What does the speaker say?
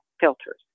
filters